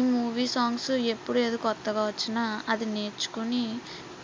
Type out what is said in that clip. ఈ movie songs ఎప్పుడు ఏదో కొత్తగా వచ్చిన అది నేర్చుకోని